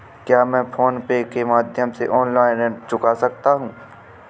क्या मैं PhonePe के माध्यम से ऑनलाइन ऋण चुका सकता हूँ?